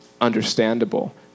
understandable